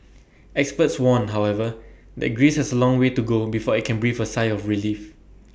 experts warn however that Greece has A long way to go before I can breathe A sigh of relief